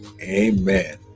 Amen